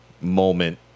moment